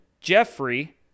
Jeffrey